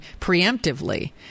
preemptively